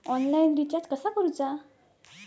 Online recharge कसा करूचा?